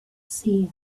seers